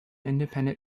independent